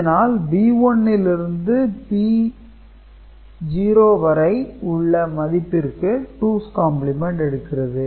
அதனால் B1 லிருந்து B0 வரை உள்ள மதிப்பிற்கு டூஸ் காம்பிளிமெண்ட் எடுக்கிறது